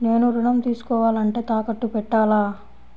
నేను ఋణం తీసుకోవాలంటే తాకట్టు పెట్టాలా?